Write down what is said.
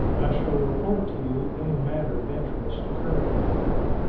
i shall report to you any matter of interest occurring here,